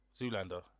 Zoolander